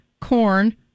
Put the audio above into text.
corn